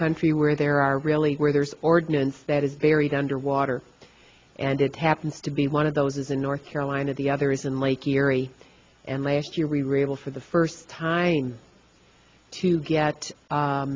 country where there are really where there's ordnance that is buried under water and it happens to be one of those is in north carolina the other is in lake erie and last year we were able for the first time to get